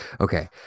okay